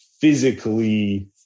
physically